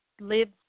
lives